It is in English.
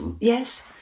yes